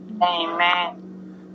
amen